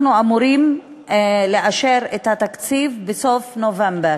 אנחנו אמורים לאשר את התקציב בסוף נובמבר.